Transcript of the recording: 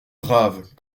brave